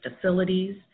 facilities